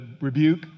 rebuke